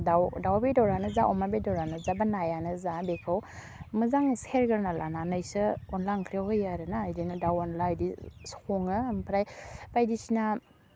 दाउ दाउ बेदरानो जा अमा बेदरानो जा बा नायानो जा बेखौ मोजां सेरगोरना लानानैसो अनला ओंख्रियाव होयो आरोना बिदिनो दाउ अनला बिदि सङो ओमफ्राय बायदिसिना